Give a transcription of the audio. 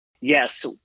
Yes